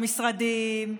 למשרדים,